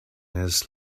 his